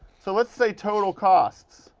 so let's say total costs